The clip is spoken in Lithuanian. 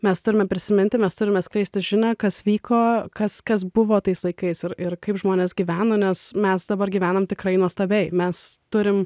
mes turime prisiminti mes turime skleisti žinią kas vyko kas kas buvo tais laikais ir ir kaip žmonės gyveno nes mes dabar gyvename tikrai nuostabiai mes turime